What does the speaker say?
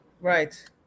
right